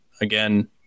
again –